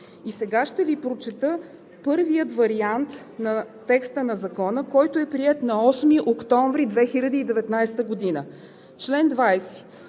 И сега ще Ви прочета първия вариант на текста на Закона, който е приет на 8 октомври 2019 г.: „Чл. 20.